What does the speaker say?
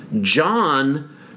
John